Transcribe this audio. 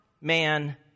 man